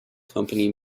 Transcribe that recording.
company